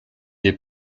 est